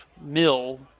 mill